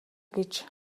гэж